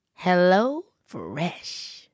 HelloFresh